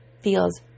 feels